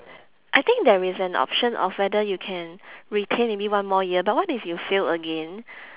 I think there is an option of whether you can retain maybe one more year but what if you fail again